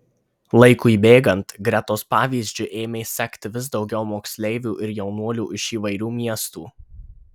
laikui bėgant gretos pavyzdžiu ėmė sekti vis daugiau moksleivių ir jaunuolių iš įvairių miestų